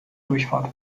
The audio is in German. durchfahrt